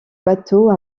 bateaux